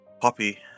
Poppy